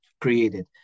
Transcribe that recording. created